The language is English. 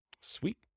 Sweet